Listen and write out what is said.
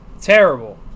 Terrible